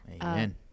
Amen